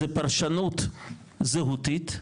זו פרשנות זהותית.